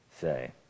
say